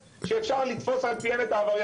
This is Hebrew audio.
יש מספיק ראיות נסיבתיות שאפשר לתפוס על פיהן את העבריין.